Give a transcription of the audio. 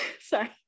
sorry